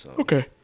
Okay